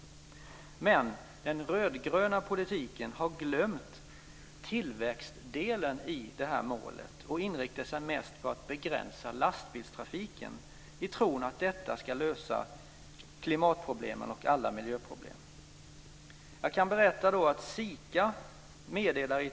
Men den rödgröna politiken har glömt tillväxtdelen i målet och inriktar sig mest på att begränsa lastbilstrafiken i tron att det ska lösa klimatproblemen och alla miljöproblem.